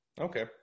Okay